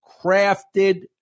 crafted